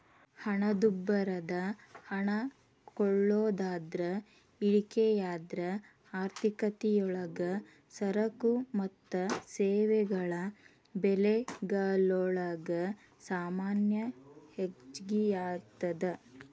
ಹಣದುಬ್ಬರದ ಹಣ ಕೊಳ್ಳೋದ್ರಾಗ ಇಳಿಕೆಯಾದ್ರ ಆರ್ಥಿಕತಿಯೊಳಗ ಸರಕು ಮತ್ತ ಸೇವೆಗಳ ಬೆಲೆಗಲೊಳಗ ಸಾಮಾನ್ಯ ಹೆಚ್ಗಿಯಾಗ್ತದ